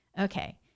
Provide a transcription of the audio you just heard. okay